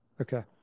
Okay